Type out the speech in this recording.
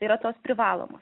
yra tos privalomos